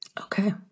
Okay